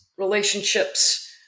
relationships